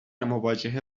مواجهه